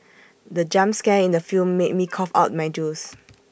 the jump scare in the film made me cough out my juice